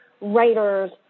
writers